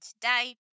today